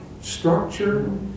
structure